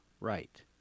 Right